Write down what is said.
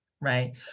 right